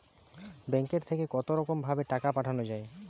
ব্যাঙ্কের থেকে কতরকম ভাবে টাকা পাঠানো য়ায়?